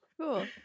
Cool